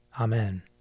Amen